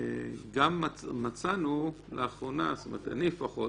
גם מצאנו לאחרונה, אני לפחות,